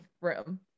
room